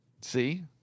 See